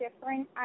different